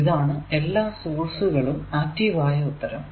ഇതാണ് എല്ലാ സോഴ്സുകളും ആക്റ്റീവ് ആയ ഉത്തരം